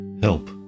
Help